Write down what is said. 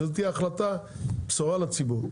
זו תהיה החלטה, בשורה לציבור.